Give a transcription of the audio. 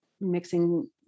mixing